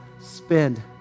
spend